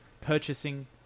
Purchasing